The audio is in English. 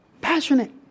passionate